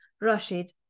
Rashid